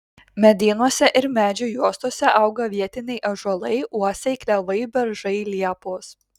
medynuose ir medžių juostose auga vietiniai ąžuolai uosiai klevai beržai liepos